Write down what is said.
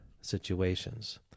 situations